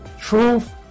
truth